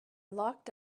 locked